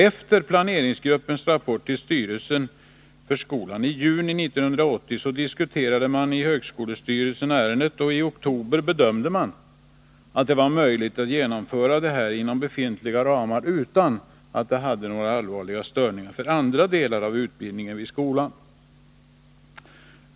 Efter planeringsgruppens rapport till styrelsen för skolan i juni 1980 diskuterades ärendet i högskolestyrelsen, och i oktober 1980 bedömde man att det var möjligt att genomföra utbildningen inom befintliga ramar, utan att det medförde några allvarliga störningar för andra delar av utbildningen vid skolan.